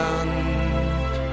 Land